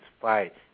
fight